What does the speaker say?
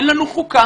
אין לנו חוקה,